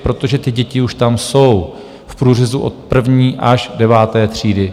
Protože ty děti už tam jsou v průřezu od první až deváté třídy.